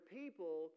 people